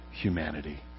humanity